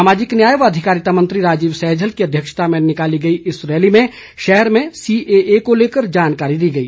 सामाजिक न्याय व अधिकारिता मंत्री राजीव सहजल की अध्यक्षता में निकाली गई रैली में शहर में सीएए को लेकर जानकारी दी गई